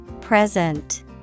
Present